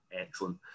excellent